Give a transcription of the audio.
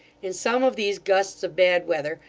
in some of these gusts of bad weather,